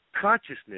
Consciousness